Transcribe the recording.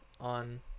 on